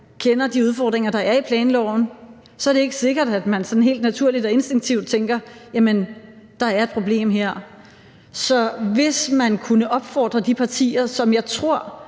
kender de udfordringer, der er i planloven, er det ikke sikkert, at man sådan helt naturligt og instinktivt tænker, at jamen der er et problem her. Hvis man kunne opfordre de partier, som jeg tror